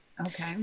Okay